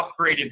upgraded